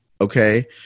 okay